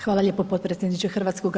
Hvala lijepo potpredsjedniče HS.